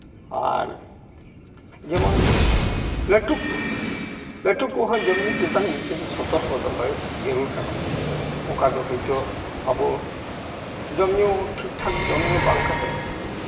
ᱟᱨ ᱡᱮᱢᱚᱱ ᱞᱟᱹᱴᱩ ᱠᱚ ᱞᱟᱹᱴᱩ ᱠᱚᱦᱚᱸ ᱡᱚᱢ ᱧᱩ ᱪᱮᱛᱟᱱ ᱢᱤᱫᱴᱮᱱ ᱥᱚᱛᱚᱨᱠᱚ ᱫᱚᱦᱚᱭ ᱡᱟᱹᱨᱩᱲ ᱠᱟᱱᱟ ᱚᱠᱟ ᱫᱚ ᱦᱳᱭᱛᱳ ᱟᱵᱚ ᱡᱚᱢ ᱧᱩ ᱴᱷᱤᱠᱼᱴᱷᱟᱠ ᱡᱚᱢ ᱧᱩ ᱵᱟᱝ ᱠᱟᱛᱮ